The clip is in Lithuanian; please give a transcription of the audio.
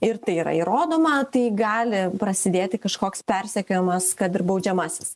ir tai yra įrodoma tai gali prasidėti kažkoks persekiojimas kad ir baudžiamasis